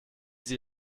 sie